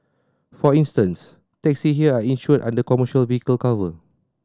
for instance taxis here are insured under commercial vehicle cover